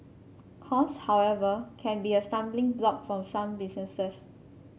cost however can be a stumbling block for some businesses